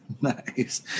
Nice